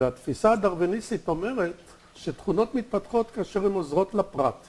‫והתפיסה הדרווניסטית אומרת ‫שתכונות מתפתחות כאשר הן עוזרות לפרט.